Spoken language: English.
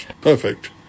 Perfect